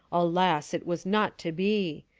alas, it was not to be.